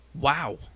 wow